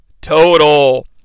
Total